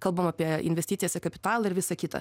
kalbam apie investicijas į kapitalą ir visa kita